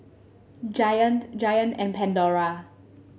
Giant Giant and Pandora